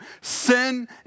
sin